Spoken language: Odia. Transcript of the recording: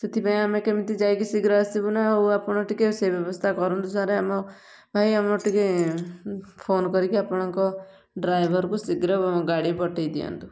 ସେଥିପାଇଁ ଆମେ କେମିତି ଯାଇକି ଶୀଘ୍ର ଆସିବୁ ନା ଆଉ ଆପଣ ଟିକେ ସେ ବ୍ୟବସ୍ଥା କରନ୍ତୁ ସାର୍ ଆମ ପାଇଁ ଆମର ଟିକେ ଫୋନ୍ କରିକି ଆପଣଙ୍କ ଡ୍ରାଇଭରକୁ ଶୀଘ୍ର ଗାଡ଼ି ପଠାଇ ଦିଅନ୍ତୁ